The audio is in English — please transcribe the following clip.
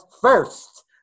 First